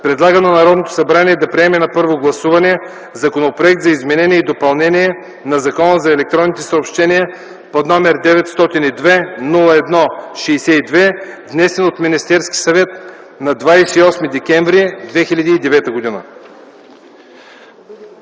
предлага на Народното събрание да приеме на първо гласуване Законопроект за изменение и допълнение на Закона за електронните съобщения, № 902-01-62, внесен от Министерския съвет на 28 декември 2009 г.”